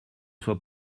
soit